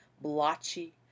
blotchy